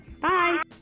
Bye